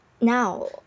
now